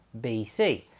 BC